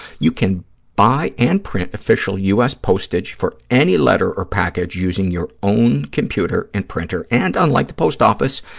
you can buy and print official u. s. postage for any letter or package using your own computer and printer. and, unlike the post office,